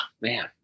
man